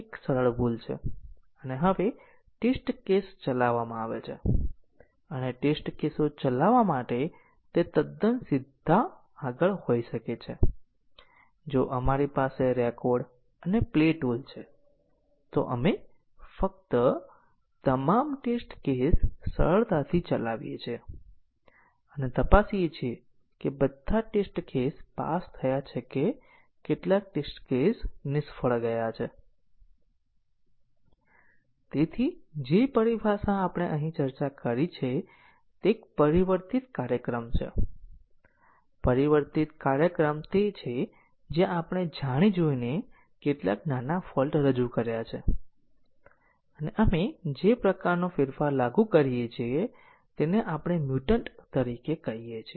એક CFG આપેલ છે જે તમે પ્રોગ્રામ કોડમાંથી સરળતાથી મેળવી શકો છો અમે McCabeના મેટ્રિક દ્વારા પાથની સંખ્યા જાણીએ છીએ અને પછી અમે ટેસ્ટ કેસ એક્ઝિક્યુટ થતાં અમે નક્કી કરી શકીએ છીએ કે અમે ટેસ્ટ કેસો દ્વારા આવરી લેવામાં આવેલા પાથની સંખ્યા નક્કી કરી શકીએ છીએ અને પછી અમે પ્રાપ્ત કરેલા ટકાવારી પાથ કવરેજ નક્કી કરી શકે છે